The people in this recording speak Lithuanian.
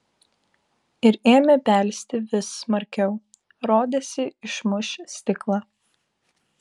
ir ėmė belsti vis smarkiau rodėsi išmuš stiklą